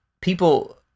People